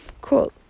Cool